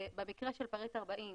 במקרה של פריט 40,